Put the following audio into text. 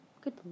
good